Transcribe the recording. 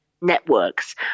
networks